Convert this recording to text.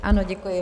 Ano, děkuji.